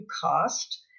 cost